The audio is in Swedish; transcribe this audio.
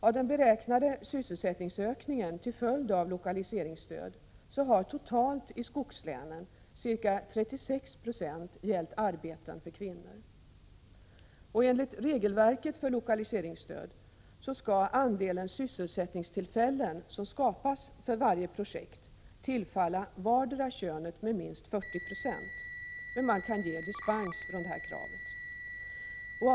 Av den beräknade sysselsättningsökningen till följd av lokaliseringsstöd har totalt i skogslänen Enligt regelverket för lokaliseringsstöd skall andelen sysselsättningstillfällen som skapas för varje projekt tillfalla vardera könet med minst 40 96. Dispens från detta krav kan ges.